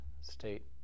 state